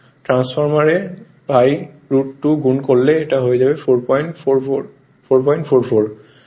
transformer এ phi √2 গুন করলে এটা হয়ে যাবে 444